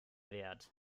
wert